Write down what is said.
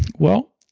well,